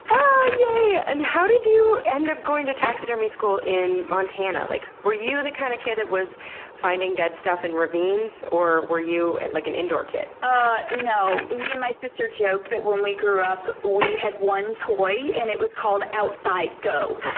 um yeah and how did you end up going to taxidermy school in montana? like were you the kind of kid that was finding dead stuff in ravines or were you and like an indoor kid? uhhh, no. me and my sister joke that when we grew up, we had one toy, and it was called, outside, go!